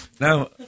Now